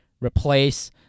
replace